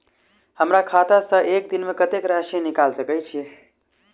हमरा खाता सऽ एक दिन मे कतेक राशि निकाइल सकै छी